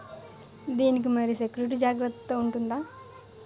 దీని కి మరి సెక్యూరిటీ జాగ్రత్తగా ఉంటుందా?